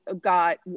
got